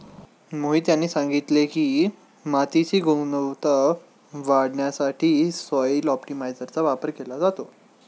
मोहित यांनी सांगितले की, मातीची गुणवत्ता वाढवण्यासाठी सॉइल ऑप्टिमायझरचा वापर केला जातो